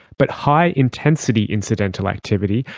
but high intensity incidental activity,